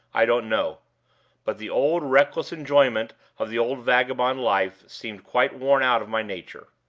i don't know but the old reckless enjoyment of the old vagabond life seemed quite worn out of my nature.